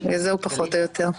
זהו פחות או יותר.